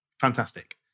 fantastic